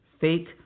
fake